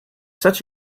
such